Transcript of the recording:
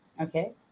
okay